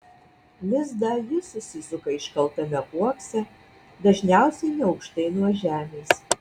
lizdą ji susisuka iškaltame uokse dažniausiai neaukštai nuo žemės